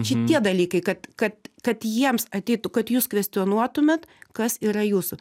šitie dalykai kad kad kad jiems ateitų kad jūs kvestionuotumėt kas yra jūsų